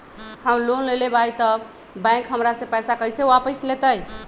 हम लोन लेलेबाई तब बैंक हमरा से पैसा कइसे वापिस लेतई?